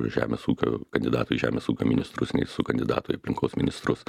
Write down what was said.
žemės ūkio kandidatu į žemės ūkio ministrus nei su kandidatu į aplinkos ministrus